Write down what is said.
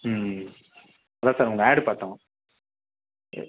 ம் அதுதான் சார் உங்கள் ஆடு பார்த்தோம் சரி